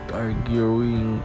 arguing